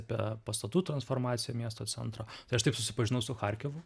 apie pastatų transformaciją miesto centro tai aš taip susipažinau su charkivu